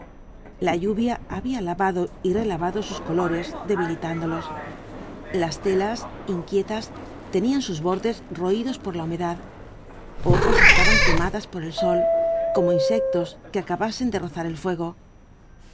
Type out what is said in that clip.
la lluvia había lavado y relavado sus colores debilitándolos las telas inquietas tenían sus bordes roídos por la humedad otras estaban quemadas por el sol como insectos que acabasen de rozar el fuego